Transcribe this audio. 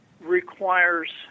requires